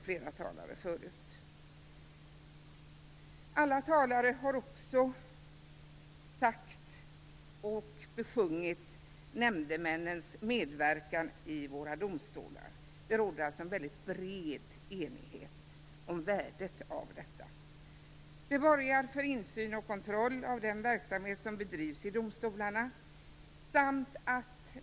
Alla talare här har också nämnt och besjungit nämndemännens medverkan vid våra domstolar. Det råder alltså en väldigt bred enighet om värdet därav. Det borgar för insyn och kontroll av den verksamhet som bedrivs vid domstolarna.